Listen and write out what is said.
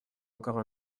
encore